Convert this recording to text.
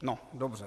No dobře.